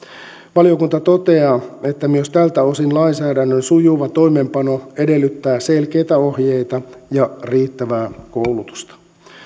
valiokunta toteaa että myös tältä osin lainsäädännön sujuva toimeenpano edellyttää selkeitä ohjeita ja riittävää koulutusta